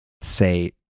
say